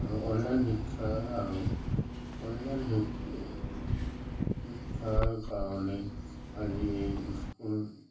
আৰু অনলাইন শিক্ষা আৰু অনলাইন শিক্ষাৰ কাৰণেই আজি স্কুল